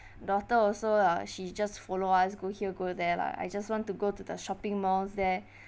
daughter also lah she just follow us go here go there lah I just want to go to the shopping malls there